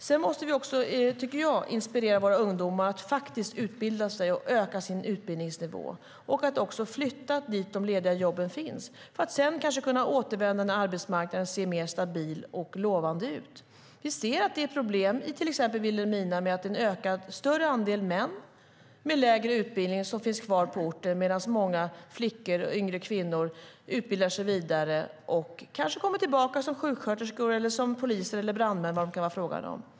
Jag tycker också att vi måste inspirera våra ungdomar att utbilda sig, öka sin utbildningsnivå och flytta dit där de lediga jobben finns för att kanske kunna återvända när arbetsmarknaden ser mer stabil och lovande ut. Vi ser att det är problem i till exempel Vilhelmina med att en större andel män med lägre utbildning finns kvar på orten, medan många flickor och yngre kvinnor utbildar sig vidare och kanske kommer tillbaka som sjuksköterskor, poliser eller brandmän.